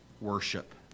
worship